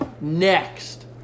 next